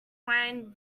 wine